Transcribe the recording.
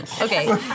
Okay